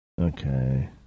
Okay